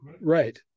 right